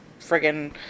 friggin